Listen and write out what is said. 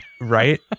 right